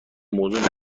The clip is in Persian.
موضوع